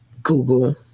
Google